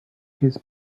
his